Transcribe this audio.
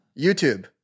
YouTube